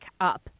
up